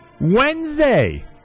Wednesday